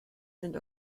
sind